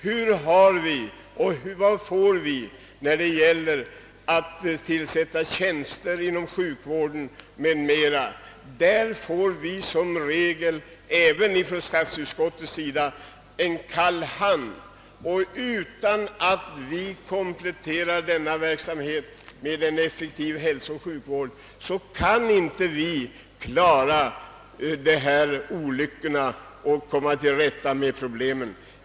Hur har vi det och vad får vi när det gäller att tillsätta tjänster inom sjukvården m.m.? Vi möts som regel i detta fall även från statsutskottets sida av kalla handen. Om vi inte kompletterar denna verksamhet med en effektiv hälsooch sjukvård, kan vi inte klara dessa olyckor och komma till rätta med problemen.